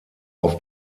auf